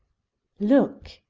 look,